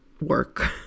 work